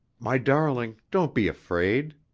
my darling, don't be afraid.